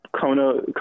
Kona